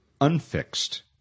unfixed